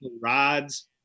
rods